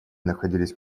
находились